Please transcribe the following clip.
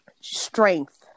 strength